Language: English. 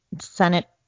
Senate